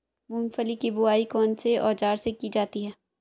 मूंगफली की बुआई कौनसे औज़ार से की जाती है?